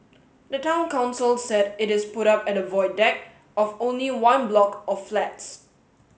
the Town Council said it is put up at the Void Deck of only one block of flats